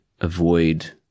avoid